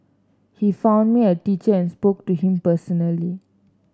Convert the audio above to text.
he found me a teacher and spoke to him personally